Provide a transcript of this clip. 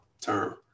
term